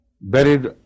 buried